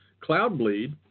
Cloudbleed